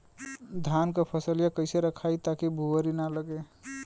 धान क फसलिया कईसे रखाई ताकि भुवरी न लगे?